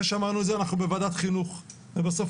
אחרי שאמרנו את זה אנחנו בוועדת חינוך ובסוף